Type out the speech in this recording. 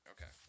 okay